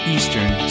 Eastern